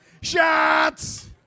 Shots